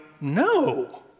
no